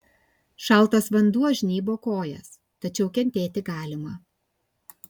šaltas vanduo žnybo kojas tačiau kentėti galima